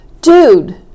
dude